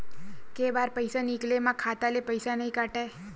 के बार पईसा निकले मा खाता ले पईसा नई काटे?